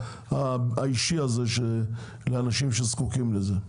השירות האישי הזה לאנשים שזקוקים לו.